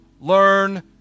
learn